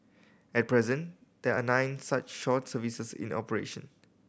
at present there are nine such short services in the operation